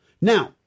Now